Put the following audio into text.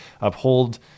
uphold